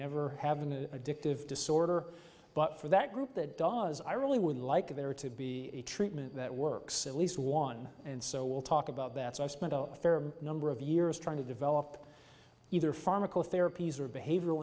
never have an addictive disorder but for that group that does i really would like there to be a treatment that works at least one and so we'll talk about that so i spent a fair number of years trying to develop either pharmacotherapy zur behavioral